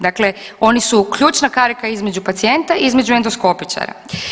Dakle, oni su ključna karika između pacijenta i između endoskopičara.